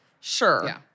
sure